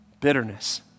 bitterness